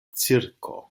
cirko